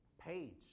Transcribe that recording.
page